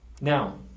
Now